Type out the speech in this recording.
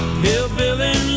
hillbilly